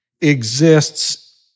exists